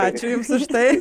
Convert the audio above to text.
ačiū jums už tai